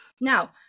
Now